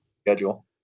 schedule